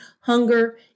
hunger